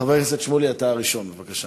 חבר הכנסת שמולי, אתה הראשון, בבקשה.